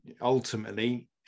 Ultimately